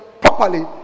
properly